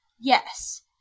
Yes